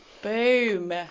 boom